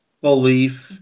belief